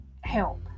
help